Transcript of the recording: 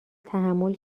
تحمل